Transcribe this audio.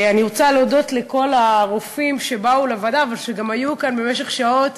אני רוצה להודות לכל הרופאים שבאו לוועדה אבל גם היו כאן במשך שעות